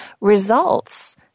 results